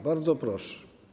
Bardzo proszę.